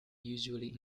usually